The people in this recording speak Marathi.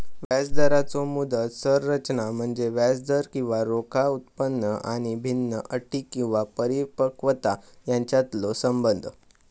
व्याजदराचो मुदत संरचना म्हणजे व्याजदर किंवा रोखा उत्पन्न आणि भिन्न अटी किंवा परिपक्वता यांच्यातलो संबंध